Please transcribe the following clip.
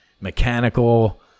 mechanical